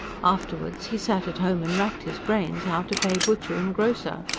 afterwards he sat at home and racked his brains how to pay butcher and grocer.